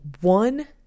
one